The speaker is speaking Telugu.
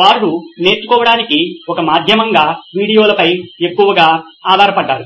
వారు నేర్చుకోవటానికి ఒక మాధ్యమంగా వీడియోలపై ఎక్కువగా ఆధారపడ్డారు